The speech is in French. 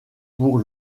pour